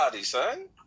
son